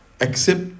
accept